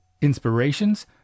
inspirations